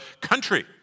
country